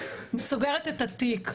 סוגרת את התיק,